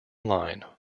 line